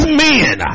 men